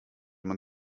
man